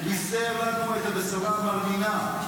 ובישר לנו את הבשורה המרנינה,